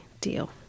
deal